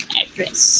address